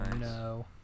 no